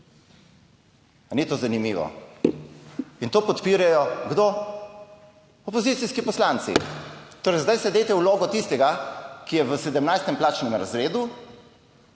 A ni to zanimivo? In to podpirajo - kdo? - opozicijski poslanci. Torej, zdaj se dajte v vlogo tistega, ki je v 17. plačnem razredu,